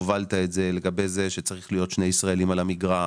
הובלת את זה לגבי זה שצריך להיות שני ישראלים על המגרש,